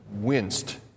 winced